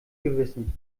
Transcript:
gewissen